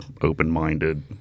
open-minded